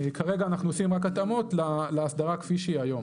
כרגע אנחנו עושים רק התאמות לאסדרה כפי שהיא היום.